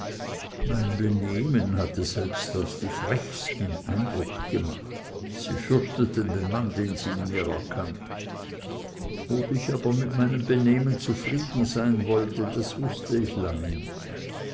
mein benehmen hatte selbst auf die frechsten eindruck gemacht sie fürchteten den mann den sie in mir erkannt ob ich aber mit meinem benehmen zufrieden sein sollte das wußte ich lange nicht